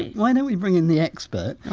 why don't we bring in the expert?